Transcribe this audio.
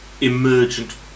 emergent